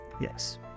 Yes